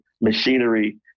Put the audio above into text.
machinery